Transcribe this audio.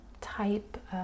type